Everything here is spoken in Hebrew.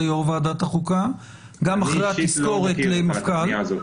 נשלחה, גם אחרי התזכורת למפכ"ל.